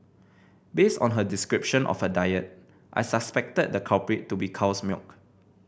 based on her description of her diet I suspected the culprit to be cow's milk